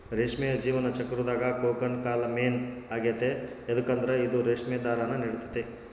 ರೇಷ್ಮೆಯ ಜೀವನ ಚಕ್ರುದಾಗ ಕೋಕೂನ್ ಕಾಲ ಮೇನ್ ಆಗೆತೆ ಯದುಕಂದ್ರ ಇದು ರೇಷ್ಮೆ ದಾರಾನ ನೀಡ್ತತೆ